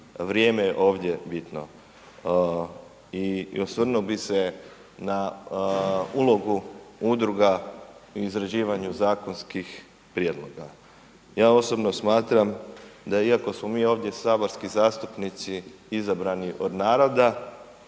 vrijeme je ovdje bitno. I osvrnuo bi se na ulogu udruga u izrađivanju zakonskih prijedloga. Ja osobno smatram da iako smo mi ovdje saborski zastupnici izabrani od naroda,